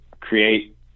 create